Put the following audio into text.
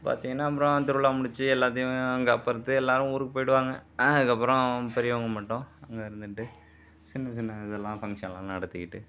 பாத்தீங்கனா அப்பறம் திருவிழா முடிச்சு எல்லாத்தையும் காப்பறுத்து எல்லாரும் ஊருக்கு போயிடுவாங்க அதுக்கப்புறம் பெரியவங்க மட்டும் அங்கே இருந்துகிட்டு சின்ன சின்ன இதுலாம் ஃபங்க்ஷன்லாம் நடத்திக்கிட்டு